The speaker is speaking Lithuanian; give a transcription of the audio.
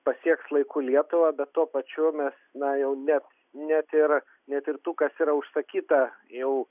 pasieks laiku lietuvą bet tuo pačiu mes na jau net net ir net ir tų kas yra užsakyta jau